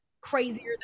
crazier